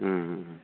ओम